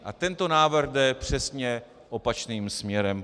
A tento návrh jde přesně opačným směrem.